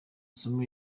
somo